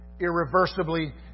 irreversibly